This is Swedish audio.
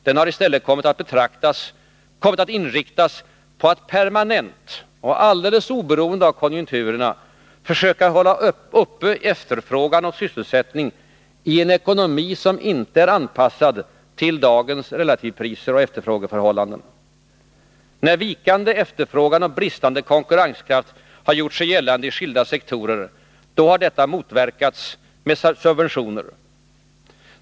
Den har i stället kommit att inriktas på att permanent — alldeles oberoende av konjunkturerna — försöka hålla uppe efterfrågan och sysselsättning i en ekonomi som inte är anpassad till dagens relativpriser och efterfrågeförhållanden. När vikande efterfrågan och bristande konkurrenskraft har gjort sig gällande i skilda sektorer, har detta motverkats med subventioner.